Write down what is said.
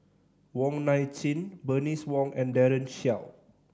Wong Nai Chin Bernice Wong and Daren Shiau